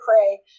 pray